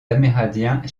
amérindiens